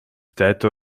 této